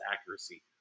accuracy